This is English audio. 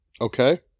Okay